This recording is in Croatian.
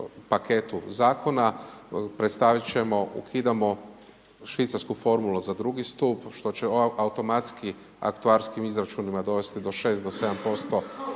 paketu zakona, predstavit ćemo, ukidamo švicarsku formulu za II. stup što će ovo automatski aktuarskim izračunima dovesti do 6%,